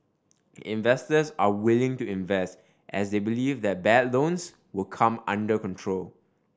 investors are willing to invest as they believe that bad loans will come under control